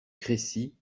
crécy